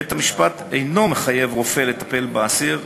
בית-המשפט אינו מחייב רופא לטפל באסיר,